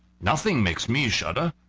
nothing makes me shudder.